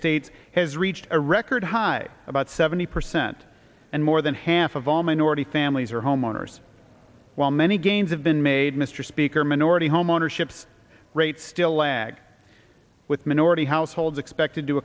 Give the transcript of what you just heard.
states has reached a record high about seventy percent and more than half of all minority families are homeowners while many gains have been made mr speaker minority homeownership rates still lag with minority households expected to